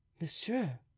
monsieur